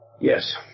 Yes